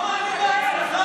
אתה לא מאמין לעצמך.